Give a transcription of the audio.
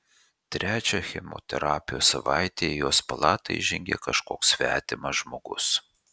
trečią chemoterapijos savaitę į jos palatą įžengė kažkoks svetimas žmogus